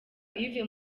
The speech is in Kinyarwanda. yves